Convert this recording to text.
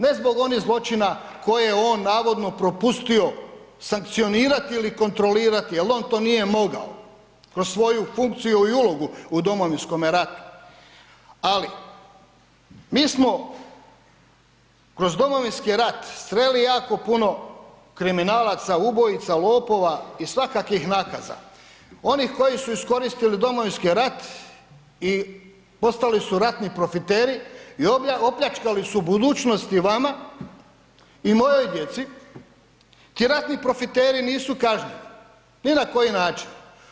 Ne zbog onih zločina koje je on navodno propustio sankcionirati ili kontrolirati jer on to nije mogao kroz dvoju funkciju i ulogu u Domovinskome ratu ali mi smo kroz Domovinski rat sreli jako puno kriminalaca, ubojica, lopova i svakakvih nakaza, onih koji su iskoristili Domovinski rat i postali su ratni profiteri i opljačkali su u budućnosti vama i mojoj djeci, ti ratni profiteri nisu kažnjeni ni na koji način.